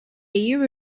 year